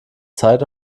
zeit